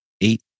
eight